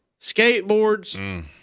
skateboards